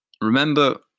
Remember